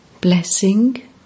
Blessing